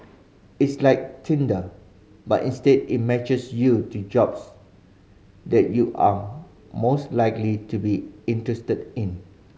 it's like Tinder but instead it matches you to jobs that you are most likely to be interested in